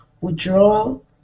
withdrawal